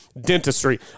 Dentistry